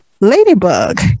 Ladybug